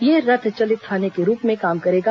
यह रथ चलित थाने के रूप में काम करेगा